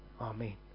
Amen